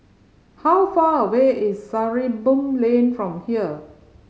how far away is Sarimbun Lane from here